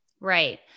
right